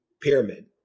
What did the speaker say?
pyramid